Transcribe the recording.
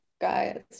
guys